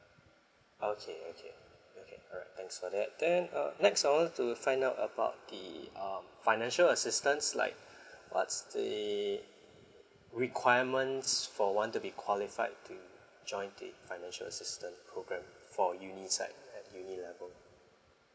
okay okay okay all right thanks for that then uh next I want to find out about the um financial assistance like what's the requirements for one to be qualified to join the financial assistance programme for uni side at uni level